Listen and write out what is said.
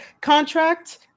contract